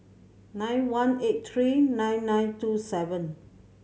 nine one eight three nine nine two seven